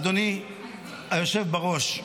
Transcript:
אדוני היושב-ראש,